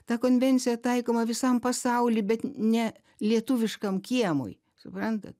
ta konvencija taikoma visam pasauly bet ne lietuviškam kiemui suprantat